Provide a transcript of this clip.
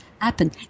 happen